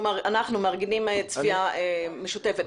אנחנו נארגן צפייה משותפת.